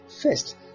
first